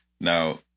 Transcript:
Now